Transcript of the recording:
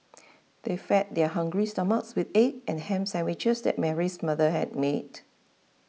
they fed their hungry stomachs with egg and ham sandwiches that Mary's mother had made